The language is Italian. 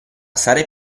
sarai